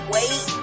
Wait